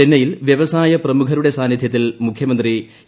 ചെന്നൈയിൽ വൃവസായ പ്രമുഖരുടെ സാന്നിധ്യത്തിൽ മുഖ്യമന്ത്രി ഇ